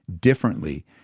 differently